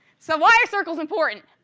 so, why are circles important?